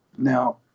Now